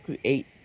create